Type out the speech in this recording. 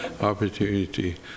opportunity